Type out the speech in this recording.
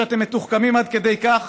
שאתם מתוחכמים עד כדי כך,